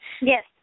Yes